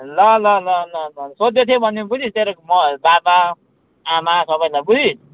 ल ल ल ल ल ल सोध्दै थियो भनिदिनु बुझिस् तेरो म् बाबा आमा सबैलाई बुझिस्